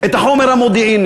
את החומר המודיעיני.